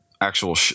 actual